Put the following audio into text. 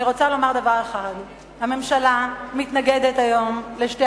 אני רוצה לומר דבר אחד: הממשלה מתנגדת היום לשתי